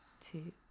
two